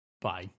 bye